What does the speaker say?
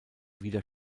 wieder